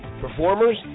performers